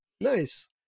Nice